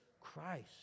Christ